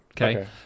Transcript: Okay